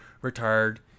retired